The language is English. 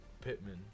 Pittman